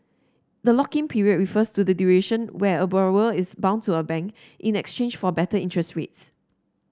the lock in period refers to the duration where a borrower is bound to a bank in exchange for better interest rates